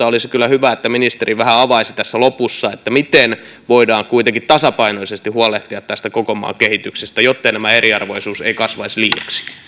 olisi kyllä hyvä että tätä kehityssuuntaa ministeri vähän avaisi tässä lopussa miten voidaan kuitenkin tasapainoisesti huolehtia tästä koko maan kehityksestä jottei tämä eriarvoisuus kasvaisi liiaksi